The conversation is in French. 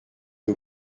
que